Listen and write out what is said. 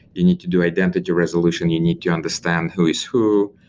you need to do identity resolution. you need to understand who is who.